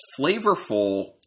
flavorful